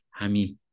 Hami